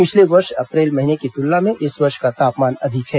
पिछले वर्ष अप्रैल महीने की तुलना में इस वर्ष का तापमान अधिक है